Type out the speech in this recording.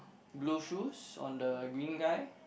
blue shoes on the green guy